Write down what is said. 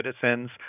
citizens